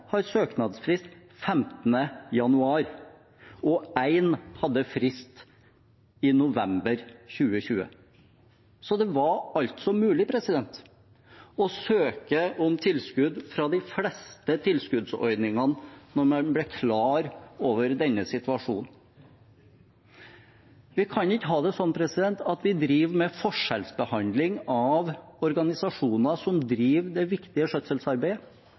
har søknadsfrist 15. januar, og én hadde frist i november 2020. Så det var altså mulig å søke om tilskudd fra de fleste tilskuddsordningene da man ble klar over denne situasjonen. Vi kan ikke ha det sånn at vi driver med forskjellsbehandling av organisasjoner som driver det viktige skjøtselsarbeidet